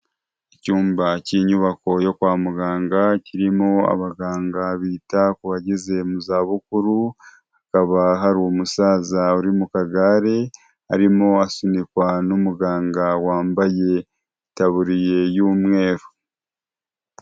Icyumba cy'inyubako yo kwa muganga kirimo abaganga bita ku bageze mu zabukuru, hakaba hari umusaza uri mu kagare arimo asunikwa n'umuganga wambaye itaburiya y'umweru.